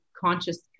conscious